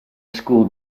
school